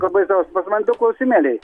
ko baisaus pas mane du klausimėliai